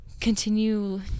continue